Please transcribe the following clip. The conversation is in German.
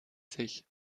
sich